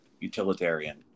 utilitarian